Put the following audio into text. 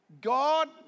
God